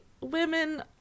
women